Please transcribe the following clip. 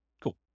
Cool